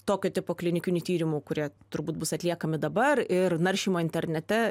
tokio tipo klinikinių tyrimų kurie turbūt bus atliekami dabar ir naršymo internete